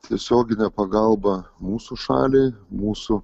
tiesioginė pagalba mūsų šaliai mūsų